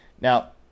Now